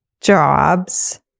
jobs